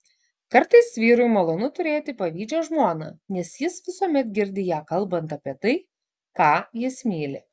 kartais vyrui malonu turėti pavydžią žmoną nes jis visuomet girdi ją kalbant apie tai ką jis myli